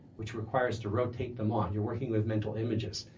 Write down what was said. which requires to rotate them on. you're working with mental images.